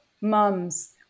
mums